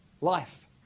life